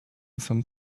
some